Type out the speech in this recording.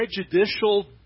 prejudicial